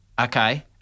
Okay